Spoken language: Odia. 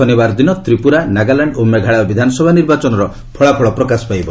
ଶନିବାର ଦିନ ତ୍ରିପୁରା ନାଗାଲାଣ୍ଡ ଓ ମେଘାଳୟ ବିଧାନସଭା ନିର୍ବାଚନର ଫଳାଫଳ ପ୍ରକାଶ ପାଇବ